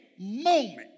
moment